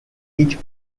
each